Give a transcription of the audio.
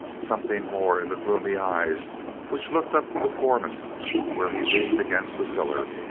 something more in the gloomy eyes which looked up to the foreman where he leaned against a pillar.